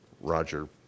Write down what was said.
Roger